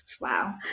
Wow